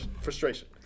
frustration